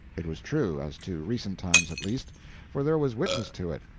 it was true as to recent times at least for there was witness to it,